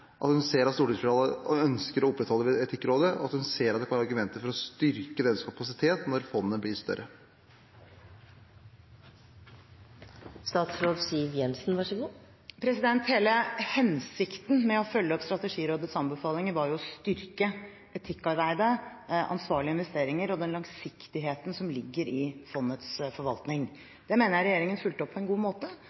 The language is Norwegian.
at hun ser at stortingsflertallet ønsker å opprettholde Etikkrådet, og at hun ser at det kan være argumenter for å styrke deres kapasitet når fondet blir større? Hele hensikten med å følge opp Strategirådets anbefalinger var å styrke etikkarbeidet, ansvarlige investeringer og den langsiktigheten som ligger i fondets forvaltning. Det mener jeg regjeringen fulgte opp på en god måte,